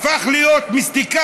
הוא הפך להיות מיסטיקאי,